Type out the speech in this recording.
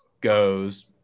goes